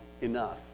enough